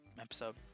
episode